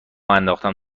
انداختم